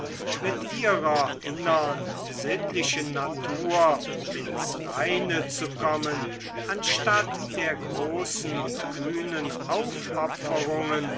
mit ihrer innern sittlichen natur ins reine zu kommen anstatt der großen und kühnen